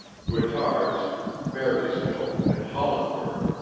guittards, marysville, and hollenberg.